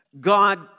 God